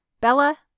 Bella